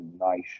nice